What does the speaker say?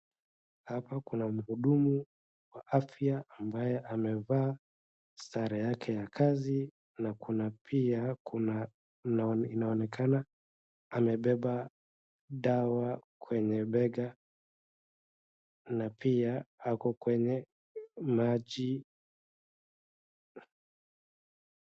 Hapa kuna mhudumu wa afya ambaye amevaa sare yake ya kazi na kuna pia inaonekana amebeba dawa kwenye bega na pia ako kwenye maji.